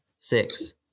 Six